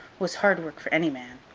was hard work for any man.